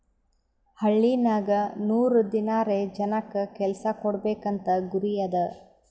ಹಳ್ಳಿನಾಗ್ ನೂರ್ ದಿನಾರೆ ಜನಕ್ ಕೆಲ್ಸಾ ಕೊಡ್ಬೇಕ್ ಅಂತ ಗುರಿ ಅದಾ